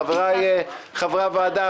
חבריי חברי הוועדה,